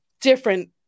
different